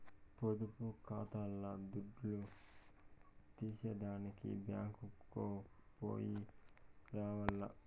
పొదుపు కాతాల్ల దుడ్డు తీసేదానికి బ్యేంకుకో పొయ్యి రావాల్ల